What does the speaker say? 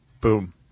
Boom